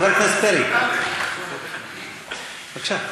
חבר הכנסת פרי, בבקשה.